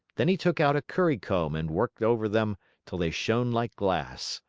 then he took out a currycomb and worked over them till they shone like glass.